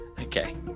Okay